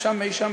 מה קשור?